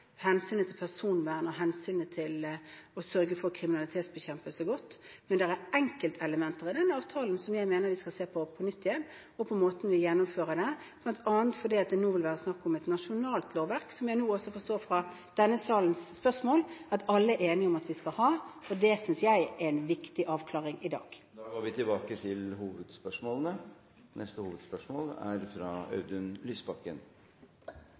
hensynet til personvernet og hensynet til å sørge for kriminalitetsbekjempelse godt, men det er enkeltelementer i avtalen og måten vi gjennomfører dette på, som jeg mener vi skal se på på nytt, bl.a. fordi det nå er snakk om et nasjonalt lovverk, som jeg nå også forstår fra denne salens spørsmål at alle er enige om at vi skal ha. Det synes jeg er en viktig avklaring i dag. Vi går til neste hovedspørsmål. I nyttårstalen sin kunne statsministeren fortelle oss at kunnskap er